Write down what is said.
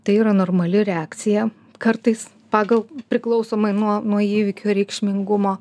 tai yra normali reakcija kartais pagal priklausomai nuo nuo įvykio reikšmingumo